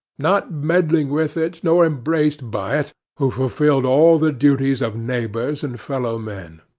not meddling with it, nor embraced by it, who fulfilled all the duties of neighbors and fellow men.